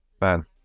Man